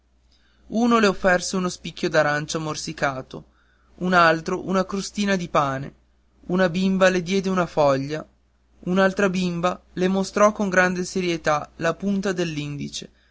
uno le offerse uno spicchio d'arancia morsicchiato un altro una crostina di pane una bimba le diede una foglia un'altra bimba le mostrò con grande serietà la punta